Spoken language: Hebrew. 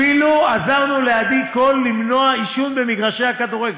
אפילו עזרנו לעדי קול למנוע עישון במגרשי הכדורגל.